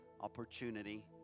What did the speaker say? opportunity